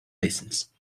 listens